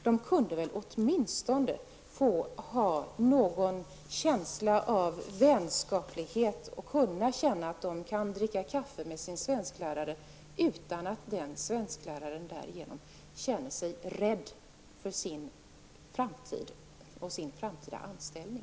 De kunde väl åtminstone få möta någon vänskaplighet och kunna dricka kaffe med sin svensklärare utan att denne skall behöva känna sig orolig beträffande sin framtida anställning.